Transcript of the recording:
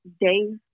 days